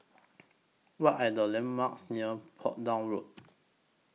What Are The landmarks near Portsdown Road